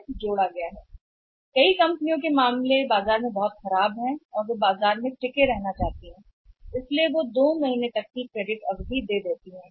वहाँ बाजार में कंपनियों के मामले में सबसे खराब थे और में बनाए रखना चाहते हैं बाजार इसलिए कि क्रेडिट अवधि 2 महीने भी दी जा सकती है